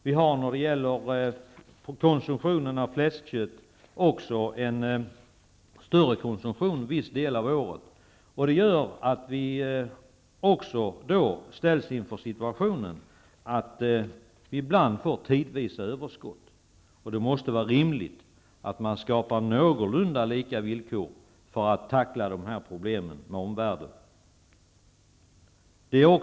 Av fläskkött är konsumtionen större under viss tid av året. Det gör att vi ställs inför den situationen att vi tidvis får ett överskott. Det måste vara rimligt att skapa någorlunda lika villkor för att tackla problemen med omvärlden.